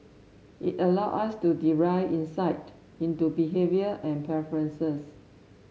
it allow us to derive insight into behaviour and preferences